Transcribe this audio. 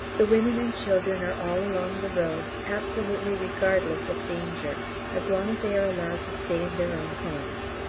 the women and children are all along the road, absolutely regardless of danger as long as they are allowed to stay in their own homes.